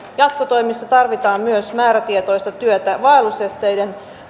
jatkotoimissa tarvitaan myös määrätietoista työtä vaellusesteiden